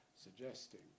suggesting